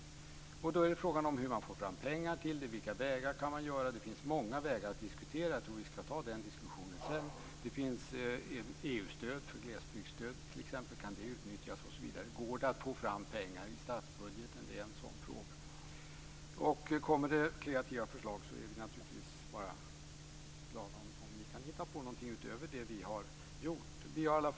Frågan är hur man får fram pengar och vilka vägar man kan gå. Det finns många vägar att diskutera. Jag tror att vi skall ta den diskussionen sedan. Det finns EU-stöd för glesbygdsstöd, exempelvis. Kan det utnyttjas osv? Går det att få fram pengar i statsbudgeten? Det är en sådan fråga. Om det kommer kreativa förslag är vi naturligtvis bara glada om ni kan hitta på någonting utöver det vi har gjort.